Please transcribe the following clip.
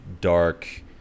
dark